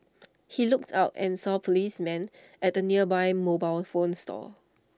he looked out and saw policemen at the nearby mobile phone store